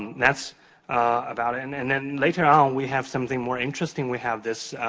that's about it. and then, later on, we have something more interesting. we have this